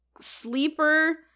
sleeper